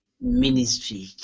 ministry